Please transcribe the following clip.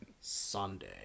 Sunday